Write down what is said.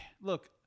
look